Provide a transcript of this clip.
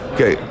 Okay